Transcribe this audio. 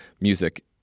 music